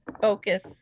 focus